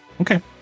Okay